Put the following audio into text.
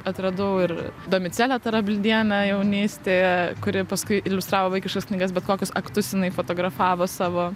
atradau ir domicelę tarabildienę jaunystėje kuri paskui iliustravo vaikiškas knygas bet kokius aktus jinai fotografavo savo